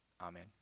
Amen